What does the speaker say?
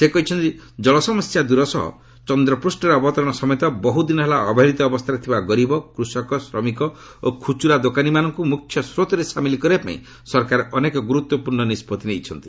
ସେ କହିଛନ୍ତି ଜଳ ସମସ୍ୟା ଦୂର ସହ ଚନ୍ଦ୍ର ପୂଷ୍ଠରେ ଅବତରଣ ସମେତ ବହୃଦିନ ହେଲା ଅବହେଳିତ ଅବସ୍ଥାରେ ଥିବା ଗରିବ କୃଷକ ଶ୍ରମିକ ଓ ଖୁଚୁରା ଦୋକାନୀମାନଙ୍କୁ ମୁଖ୍ୟ ସ୍ରୋତରେ ସାମିଲ କରିବା ପାଇଁ ସରକାର ଅନେକ ଗୁରୁତ୍ୱପୂର୍ଣ୍ଣ ନିଷ୍ପଭି ନେଇଛନ୍ତି